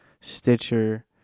Stitcher